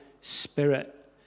spirit